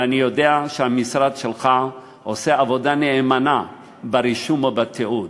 ואני יודע שהמשרד שלך עושה עבודה נאמנה ברישום ובתיעוד,